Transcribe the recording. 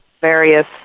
various